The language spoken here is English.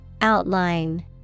Outline